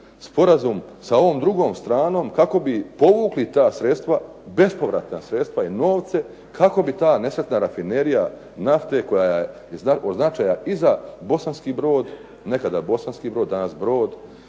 sporazum sa ovom drugom stranom kako bi povukli ta bespovratna sredstva i novce kako bi ta nesretna rafinerija nafte koja je od značaja i za Bosanski Brod, nekad Bosanski Brod, danas Brod